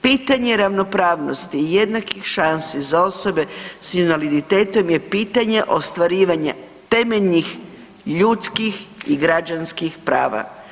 Pitanje ravnopravnosti i jednakih šansi za osobe s invaliditetom je pitanje ostvarivanja temeljnih ljudskih i građanskih prava.